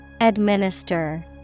Administer